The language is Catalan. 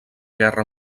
guerra